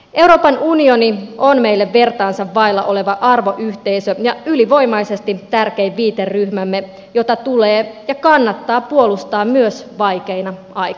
euroopan unioni on meille vertaansa vailla oleva arvoyhteisö ja ylivoimaisesti tärkein viiteryhmämme jota tulee ja kannattaa puolustaa myös vaikeina aikoina